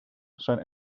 zijn